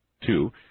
Two